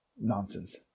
nonsense